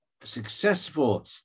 successful